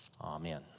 Amen